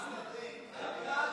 תתביישו.